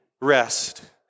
rest